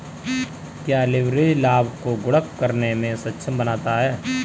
क्या लिवरेज लाभ को गुणक करने में सक्षम बनाता है?